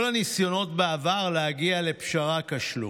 כל הניסיונות בעבר להגיע לפשרה כשלו.